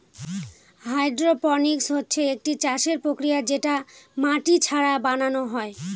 hydroponics হচ্ছে একটি চাষের প্রক্রিয়া যেটা মাটি ছাড়া বানানো হয়